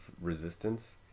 resistance